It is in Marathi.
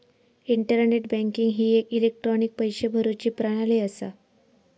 इंटरनेट बँकिंग ही एक इलेक्ट्रॉनिक पैशे भरुची प्रणाली असा